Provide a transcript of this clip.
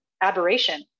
aberration